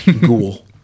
Ghoul